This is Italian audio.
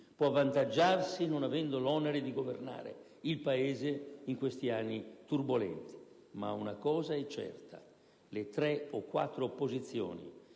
può avvantaggiarsi non avendo l'onere di governare il Paese in questi anni turbolenti, ma una cosa è certa: le tre o quattro opposizioni